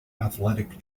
athletic